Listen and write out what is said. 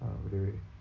ah boleh boleh